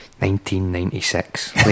1996